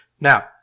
Now